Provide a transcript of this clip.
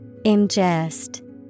ingest